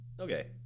Okay